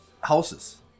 houses